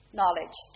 knowledge